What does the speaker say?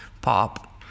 pop